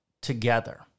together